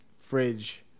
fridge